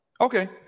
okay